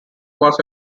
was